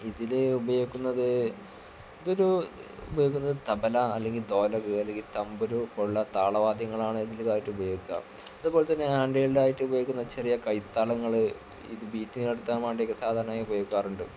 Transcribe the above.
ഇതിൽ ഉപയോഗിക്കുന്നത് ഇതൊരു ഉപയോഗിക്കുന്നത് തബല അല്ലെങ്കിൽ ഡോലക്ക് തംബുരു ഉള്ള താള വാദ്യങ്ങളാണ് ഇതിലായിട്ടുപയോഗിക്കാറ് അതുപോലെ തന്നെ ഹാൻഡ് ഹെൽഡായിട്ടുപയോഗിക്കുന്ന ചെറിയ കൈത്താളങ്ങൾ ഇത് ബിറ്റി നടത്താൻ വേണ്ടിയൊക്കെ സാധാരണയായി ഉപയോഗിക്കാറുണ്ട്